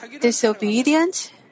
disobedient